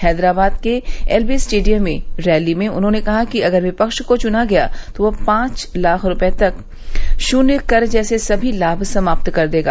हैदराबाद के L B stadium में rally में उन्होंने कहा कि अगर विपक्ष को चुना गया तो वह पांच लाख रूपये तक शून्य कर जैसे सभी लाभ समाप्त कर देगा